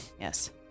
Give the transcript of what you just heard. Yes